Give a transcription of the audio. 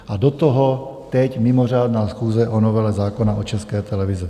A do toho teď mimořádná schůze o novele zákona o České televizi.